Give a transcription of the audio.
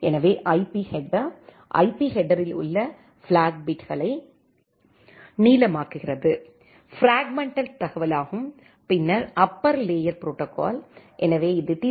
எனவே IP header IP ஹெட்டரில் உள்ள ஃபிளாக்ஸ் பிட்களை நீளமாக்குகிறது பிராஃக்மென்டெட் தகவல் ஆகும் பின்னர் அப்பர் லேயர் ப்ரோடோகால் எனவே இது டீ